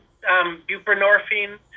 buprenorphine